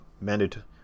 Mandatory